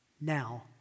now